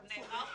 גם נאמר פה,